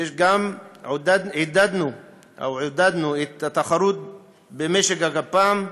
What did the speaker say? עודדנו את התחרות במשק הגפ"מ,